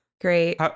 Great